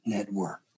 Network